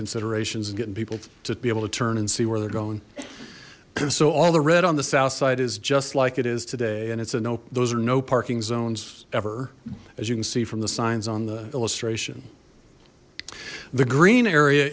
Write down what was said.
considerations and getting people to be able to turn and see where they're going so all the red on the south side is just like it is today and it's a nope those are no parking zones ever as you can see from the signs on the illustration the green area